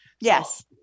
Yes